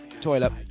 toilet